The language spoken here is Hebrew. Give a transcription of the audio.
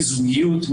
זוגיות,